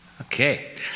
Okay